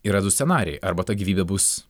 yra du scenarijai arba ta gyvybė bus